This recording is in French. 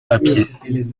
papier